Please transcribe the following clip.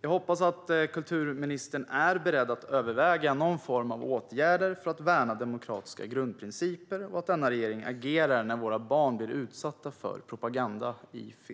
Jag hoppas att kulturministern är beredd att överväga någon form av åtgärder för att värna demokratiska grundprinciper och att denna regering agerar när våra barn blir utsatta för propaganda